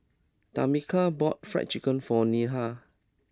Tamica bought Fried Chicken for Neha